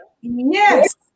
Yes